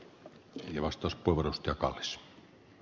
arvoisa herra puhemies